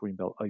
greenbelt